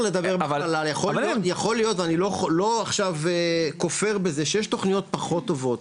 יכול להיות ואני לא עכשיו כופר בזה שיש תוכניות פחות טובות,